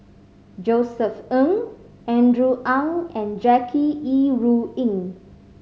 Josef Ng Andrew Ang and Jackie Yi Ru Ying